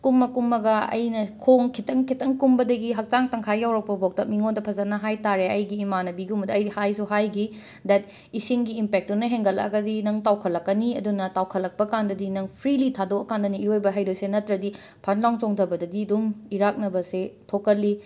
ꯀꯨꯝꯃ ꯀꯨꯝꯃꯒ ꯑꯩꯅ ꯈꯣꯡ ꯈꯤꯇꯪ ꯈꯤꯇꯪ ꯀꯨꯝꯕꯗꯒꯤ ꯍꯛꯆꯥꯡ ꯇꯪꯈꯥꯏ ꯌꯧꯔꯛꯄꯐꯧꯗ ꯃꯤꯉꯣꯟꯗ ꯐꯖꯅ ꯍꯥꯏ ꯇꯥꯔꯦ ꯑꯩꯒꯤ ꯏꯃꯥꯅꯕꯤꯒꯨꯝꯕꯗ ꯑꯩ ꯍꯥꯏꯁꯨ ꯍꯥꯏꯈꯤ ꯗꯦꯠ ꯏꯁꯤꯡꯒꯤ ꯏꯝꯄꯦꯛꯇꯨꯅ ꯍꯦꯟꯒꯠꯂꯛꯑꯒꯗꯤ ꯅꯪ ꯇꯥꯎꯈꯠꯂꯛꯀꯅꯤ ꯑꯗꯨꯅ ꯇꯥꯎꯈꯠꯂꯛꯄꯀꯥꯟꯗꯗꯤ ꯅꯪ ꯐ꯭ꯔꯤꯂꯤ ꯊꯥꯗꯣꯛꯑꯀꯥꯟꯗꯅꯤ ꯏꯔꯣꯏꯕ ꯍꯩꯗꯣꯏꯁꯦ ꯅꯠꯇ꯭ꯔꯗꯤ ꯐꯟꯂꯥꯎꯅ ꯆꯣꯡꯊꯕꯗꯗꯤ ꯑꯗꯨꯝ ꯏꯔꯥꯛꯅꯕꯁꯦ ꯊꯣꯛꯀꯜꯂꯤ